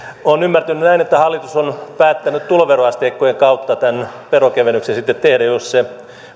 olen ymmärtänyt näin että hallitus on päättänyt tuloveroasteikkojen kautta tämän verokevennyksen sitten tehdä jos se